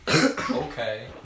Okay